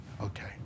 Okay